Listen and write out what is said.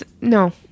No